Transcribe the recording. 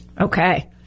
okay